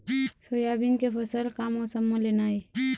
Soybean के फसल का मौसम म लेना ये?